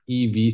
EV